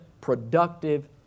productive